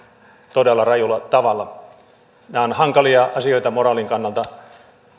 todella rajulla tavalla nämä ovat hankalia asioita moraalin kannalta